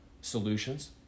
solutions